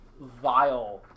Vile